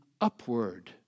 upward